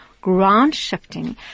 ground-shifting